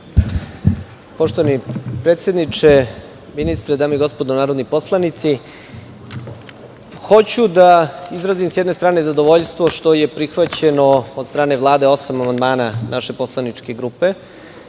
Poštovani predsedniče, dame i gospodo narodni poslanici, hoću da izrazim sa jedne strane zadovoljstvo što je prihvaćeno od strane Vlade osam amandmana naše poslaničke grupe